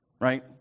Right